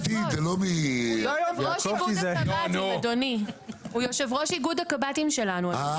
הוא יושב ראש איגוד הקב"טים שלנו, אדוני.